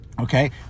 okay